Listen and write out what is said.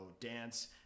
dance